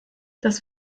das